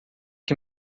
que